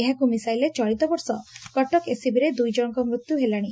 ଏହାକୁ ମିଶାଇ ଚଳିତ ବର୍ଷ କଟକ ଏସ୍ସିବିରେ ଦୁଇ ଜଶଙ୍କର ମୃତ୍ୟୁ ହେଲାଣି